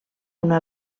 una